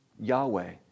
Yahweh